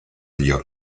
dire